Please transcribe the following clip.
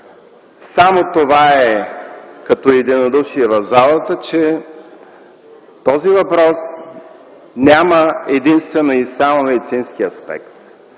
Само това е като единодушие в залата, че този въпрос няма единствено и само медицински аспект.